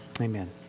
Amen